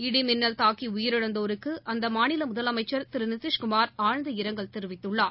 இடிமின்னல் தாக்கிஉயிரிழந்தோருக்கு அந்தமாநிலமுதலமைச்சள் திருநிதிஷ்குமார் ஆழ்ந்த இரங்கல் தெரிவித்துள்ளார்